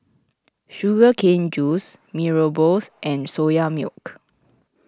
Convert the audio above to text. Sugar Cane Juice Mee Rebus and Soya Milk